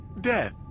death